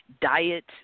diet